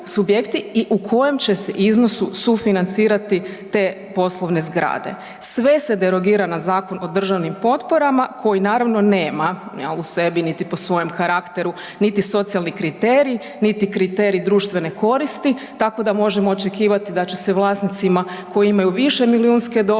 i u kojem će se iznosu sufinancirati te poslovne zgrade. Sve se derogira na Zakon o državnim potporama koji naravno nema jel', u sebi niti po svojem karakteru niti socijalni kriterij, niti kriterij društvene koristi, tako da možemo očekivati da će se vlasnicima koji imaju višemilijunske dobiti,